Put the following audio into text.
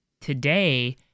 today